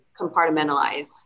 compartmentalize